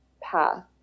path